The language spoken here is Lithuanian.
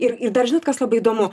ir ir dar žinot kas labai įdomu